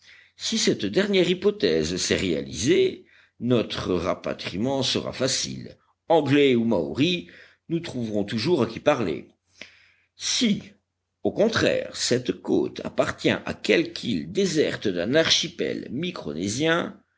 si cette dernière hypothèse s'est réalisée notre rapatriement sera facile anglais ou maoris nous trouverons toujours à qui parler si au contraire cette côte appartient à quelque île déserte d'un archipel